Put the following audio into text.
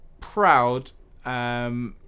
proud